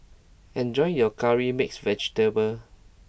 enjoy your Curry Mixed Vegetable